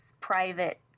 private